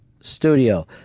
studio